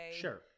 sure